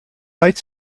lights